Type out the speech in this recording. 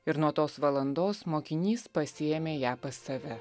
ir nuo tos valandos mokinys pasiėmė ją pas save